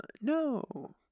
no